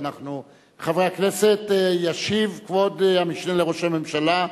חברי הכנסת, ישיב כבוד המשנה לראש הממשלה,